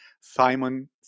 Simon